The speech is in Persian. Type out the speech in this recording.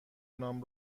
نام